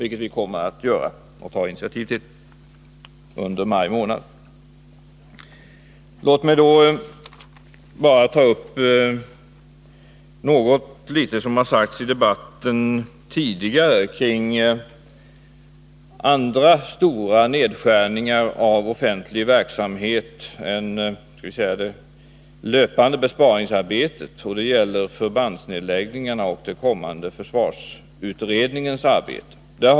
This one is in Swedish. Låt mig så ta upp något av vad som tidigare i debatten har sagts om stora nedskärningar av den offentliga verksamheten utöver dem som inryms i det löpande besparingsarbetet. Det gäller t.ex. förbandsnedläggningarna och försvarsutredningens arbete.